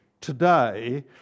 today